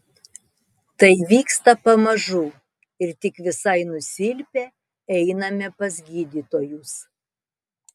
tai vyksta pamažu ir tik visai nusilpę einame pas gydytojus